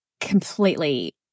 completely